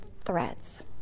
threats